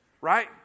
right